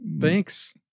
Thanks